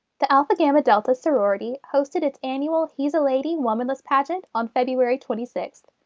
the alpha gamma delta sorority hosted it's annual he's a lady womanless pageant on february twenty six.